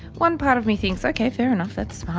one part of me thinks, okay, fair enough, that's smart.